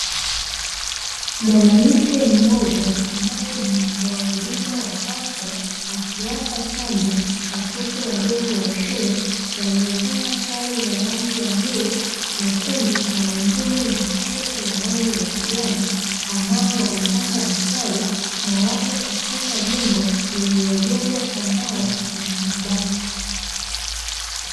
Mwanamke mmoja ambaye ni mtoa huduma wa afya, akiwapa chanjo watoto wadogo wa shule, waliovaa sare za rangi ya bluu, nyekundu na wengine matisheti ya rangi ya kijani, ambao wamepanga mstari na wapo katika jengo liliojengwa kwa mbao na kwa bati.